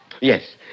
Yes